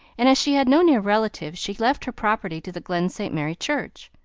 and as she had no near relatives she left her property to the glen st. mary church.